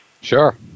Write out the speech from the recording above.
Sure